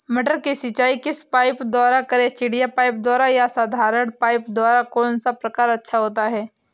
मटर की सिंचाई किस पाइप द्वारा करें चिड़िया पाइप द्वारा या साधारण पाइप द्वारा कौन सा प्रकार अच्छा होता है?